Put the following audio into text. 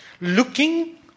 Looking